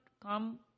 come